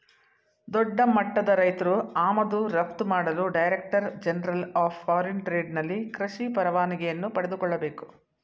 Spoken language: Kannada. ದೊಡ್ಡಮಟ್ಟದ ರೈತ್ರು ಆಮದು ರಫ್ತು ಮಾಡಲು director general of foreign trade ನಲ್ಲಿ ಕೃಷಿ ಪರವಾನಿಗೆಯನ್ನು ಪಡೆದುಕೊಳ್ಳಬೇಕು